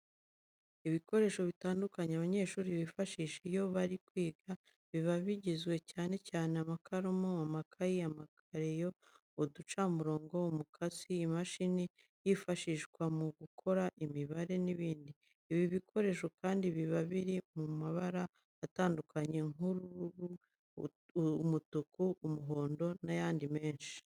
Ibikoresho bitandukanye abanyeshuri bifashisha iyo bari kwiga, biba bigizwe cyane cyane n'amakaramu, amakayi, amakereyo, uducamurongo, umukasi, imashini yifashishwa mu gukora imibare n'ibindi. Ibi bikoresho kandi biba biri mu mabara atandukanye nk'ubururu, umutuku, umuhondo n'ayandi menshi.